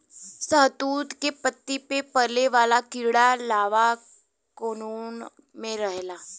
शहतूत के पत्ती पे पले वाला कीड़ा लार्वा कोकून में रहला